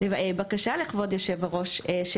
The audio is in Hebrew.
לכבוד היושב-ראש של